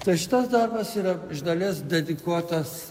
tai šitas darbas yra iš dalies dedikuotas